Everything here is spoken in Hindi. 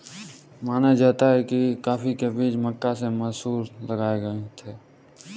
माना जाता है कि कॉफी के बीज मक्का से मैसूर लाए गए थे